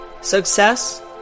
success